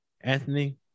Anthony